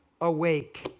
awake